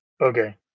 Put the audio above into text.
Okay